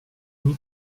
mit